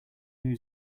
new